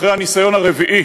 אחרי הניסיון הרביעי.